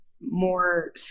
more